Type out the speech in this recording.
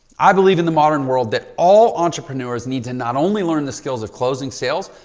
i believe in the modern world that all entrepreneurs need to not only learn the skills of closing sales,